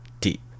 deep